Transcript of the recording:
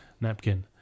napkin